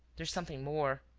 there's something more.